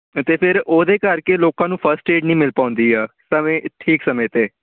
ਅਤੇ ਫਿਰ ਉਹਦੇ ਕਰਕੇ ਲੋਕਾਂ ਨੂੰ ਫਸਟ ਏਡ ਨਹੀਂ ਮਿਲ ਪਾਉਂਦੀ ਆ ਸਮੇਂ ਠੀਕ ਸਮੇਂ 'ਤੇ